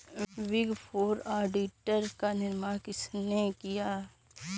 Big four auditor का निर्माण किसने किया?